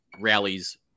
rallies